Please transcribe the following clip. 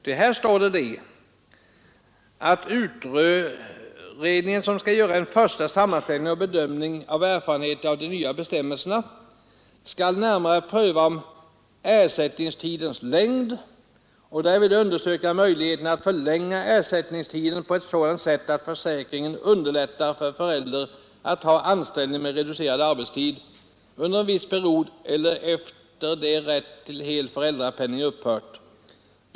Där heter det: ”Utredningen, som skall göra en första sammanställning och bedömning av erfarenheterna av de nya bestämmelserna” skall nämligen pröva ”frågan om ersättningstidens längd och därvid undersöka möjligheterna att förlänga ersättningstiden på ett sådant sätt att försäkringen underlättar för förälder att ha anställning med reducerad arbetstid under en viss period efter det rätt till hel föräldrapenning upphört.